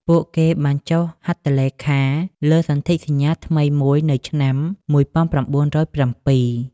ពួកគេបានចុះហត្ថលេខាលើសន្ធិសញ្ញាថ្មីមួយនៅឆ្នាំ ១៩០៧។